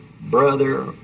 brother